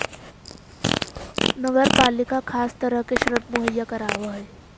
नगर पालिका खास तरह के ऋण मुहैया करावऽ हई